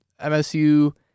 MSU